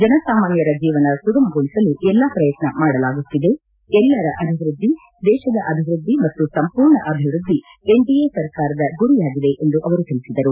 ಜನಸಾಮಾನ್ಯರ ಜೀವನ ಸುಗಮಗೊಳಿಸಲು ಎಲ್ಲಾ ಪ್ರಯತ್ನ ಮಾಡಲಾಗುತ್ತಿದೆ ಎಲ್ಲರ ಅಭಿವೃದ್ಧಿ ದೇಶದ ಅಭಿವೃದ್ಧಿ ಮತ್ತು ಸಂಪೂರ್ಣ ಅಭಿವ್ಯದ್ದಿ ಎನ್ಡಿಎ ಸರ್ಕಾರದ ಗುರಿಯಾಗಿದೆ ಎಂದು ಅವರು ತಿಳಿಸಿದರು